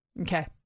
Okay